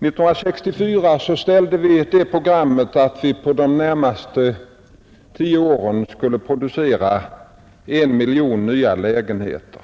1964 fastlade vi programmet om att på de närmaste tio åren producera 1 miljon nya lägenheter.